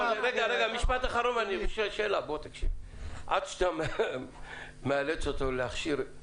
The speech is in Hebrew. משפט אחרון ואני שואל שאלה: עד שאתה מאלץ אותו להכשיר,